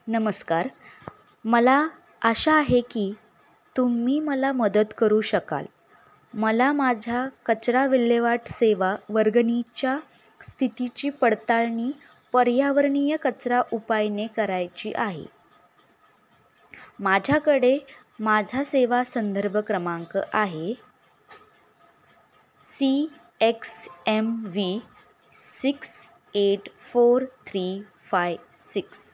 नमस्कार मला आशा आहे की तुम्ही मला मदत करू शकाल मला माझ्या कचरा विल्हेवाट सेवा वर्गणीच्या स्थितीची पडताळणी पर्यावरणीय कचरा उपायने करायची आहे माझ्याकडे माझा सेवा संदर्भ क्रमांक आहे C X M V six eight four three five six